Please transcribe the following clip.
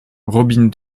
robin